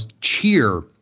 cheer